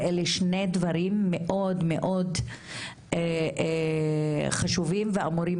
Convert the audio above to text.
ואלה שני דברים מאוד מאוד חשובים ואמורים